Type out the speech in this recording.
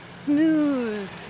smooth